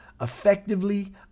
Effectively